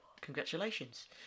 Congratulations